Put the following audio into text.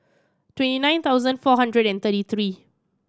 twenty nine thousand four hundred and thirty three